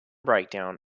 breakdown